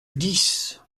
dix